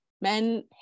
men